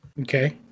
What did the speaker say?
Okay